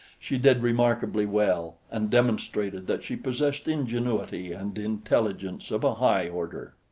she did remarkably well and demonstrated that she possessed ingenuity and intelligence of a high order.